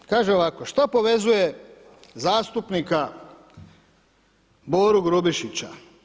Kaže ovako, što povezuje zastupnika Boru Grubišića?